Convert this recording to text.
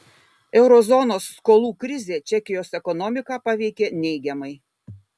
euro zonos skolų krizė čekijos ekonomiką paveikė neigiamai